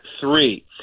three